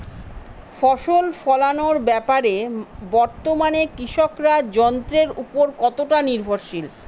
ফসল ফলানোর ব্যাপারে বর্তমানে কৃষকরা যন্ত্রের উপর কতটা নির্ভরশীল?